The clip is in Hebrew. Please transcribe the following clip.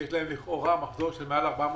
שיש להן לכאורה מחזור של מעל 400